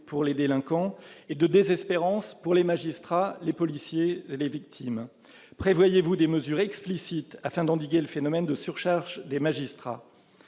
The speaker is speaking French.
pour les délinquants et de désespérance pour les magistrats, les policiers et les victimes. Prévoyez-vous des mesures explicites afin d'endiguer le phénomène de surcharge de travail